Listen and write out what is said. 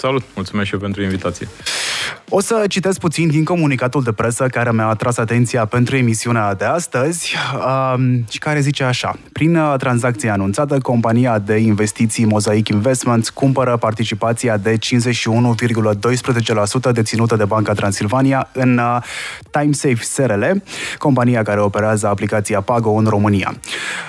Salut, mulțumesc și eu pentru invitație. O să citesc puțin din comunicatul de presă care mi-a atras atenția pentru emisiunea de astăzi, um, și care zice așa: "Prin, uh, tranzacția anunțată, compania de investiții Mosaic Investments cumpără participația de 51,12% deținută de Banca Transilvania în, uh, TimeSafe SRL, compania care operează aplicația Pago în România.